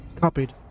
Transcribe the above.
Copied